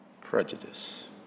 prejudice